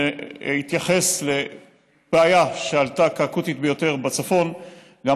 להתייחס לבעיה אקוטית ביותר בצפון שעלתה,